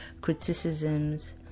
criticisms